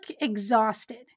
exhausted